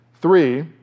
Three